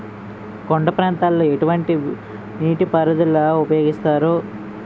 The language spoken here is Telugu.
కొండ ప్రాంతాల్లో ఎటువంటి నీటి పారుదల ఉపయోగిస్తారు?